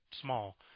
small